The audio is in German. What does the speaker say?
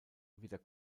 wieder